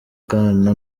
bwana